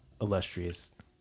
illustrious